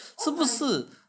是不是